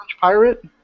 pirate